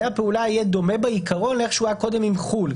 הפעולה יהיה דומה בעיקרון לאיך שהוא היה קודם עם חו"ל,